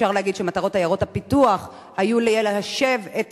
אפשר להגיד שמטרות עיירות הפיתוח היו ליישב את